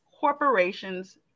corporations